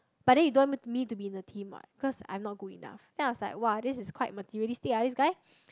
but then you don't want me to be in your team what because I'm not good enough then I was like [wah] this is quite materialistic lah this guy